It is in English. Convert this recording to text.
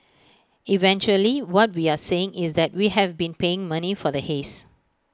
eventually what we are saying is that we have been paying money for the haze